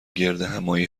گردهمآیی